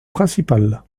principal